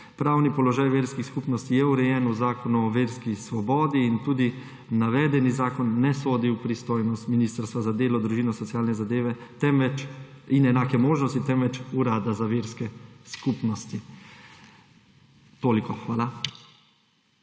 Pravni položaj verskih skupnosti je urejen v Zakonu o verski svobodi. Tudi navedeni zakon ne sodi v pristojnost Ministrstva za delo, družino, socialne zadeve in enake možnosti, temveč Urada za verske skupnosti. Toliko. Hvala.